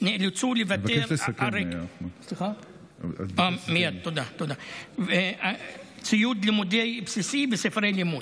נאלצו לוותר על ציוד לימודי בסיסי וספרי לימוד.